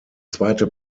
zweite